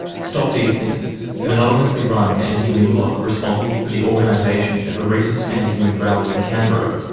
stop these things, an anonymously run anti-wind blog responsible for the organisation of a recent anti-wind rally in canberra,